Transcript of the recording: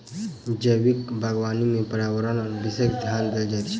जैविक बागवानी मे पर्यावरणपर विशेष ध्यान देल जाइत छै